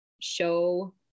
show